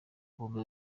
mbumbe